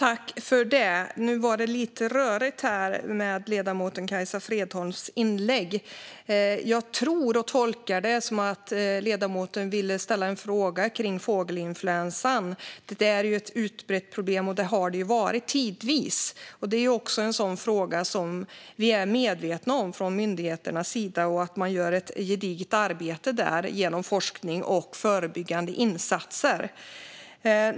Fru talman! Det var lite rörigt i ledamoten Kajsa Fredholms inlägg. Jag tror och tolkar det som att ledamoten ville ställa en fråga om fågelinfluensan. Det är ju ett utbrett problem och har varit det tidvis, och det är en fråga man är medveten om från myndigheternas sida. Man gör där ett gediget arbete genom forskning och förebyggande insatser.